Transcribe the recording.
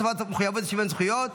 הוספת מחויבות לשוויון זכויות)